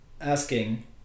Asking